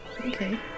Okay